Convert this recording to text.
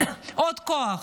עוד כוח.